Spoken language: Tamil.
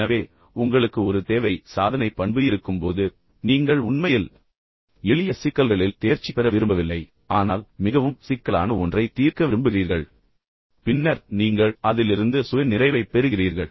எனவே உங்களுக்கு ஒரு தேவை சாதனை பண்பு இருக்கும்போது நீங்கள் உண்மையில் எளிய சிக்கல்களில் தேர்ச்சி பெற விரும்பவில்லை ஆனால் மிகவும் சிக்கலான ஒன்றை தீர்க்க விரும்புகிறீர்கள் பின்னர் நீங்கள் அதிலிருந்து சுய நிறைவைப் பெறுகிறீர்கள்